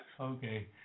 Okay